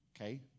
Okay